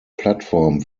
plattform